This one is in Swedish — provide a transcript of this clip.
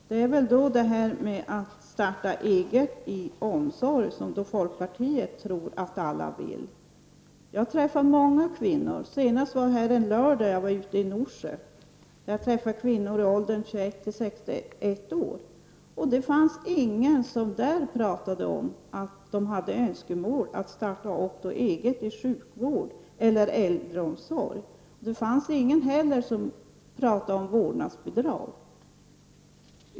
Herr talman! Visst får kvinnor välja! Det är väl då det här med omsorg kommer in i bilden, eftersom Sigge Godin tror att alla vill starta eget. Jag träffar många kvinnor -- senast här i lördags när jag var ute i Nordsjö, där jag träffade kvinnor i åldern 21 till 61 år. Där fanns det ingen som pratade om att de hade önskemål om att starta egen verksamhet inom sjukvården eller äldreomsorgen. Det fanns heller ingen som pratade om vårdnadsbidrag.